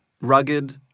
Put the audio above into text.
Rugged